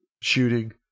shooting